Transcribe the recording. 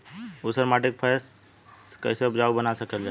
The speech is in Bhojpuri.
ऊसर माटी के फैसे उपजाऊ बना सकेला जा?